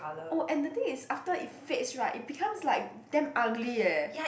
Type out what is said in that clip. oh and the thing is after it fades right it becomes like damn ugly eh